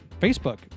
Facebook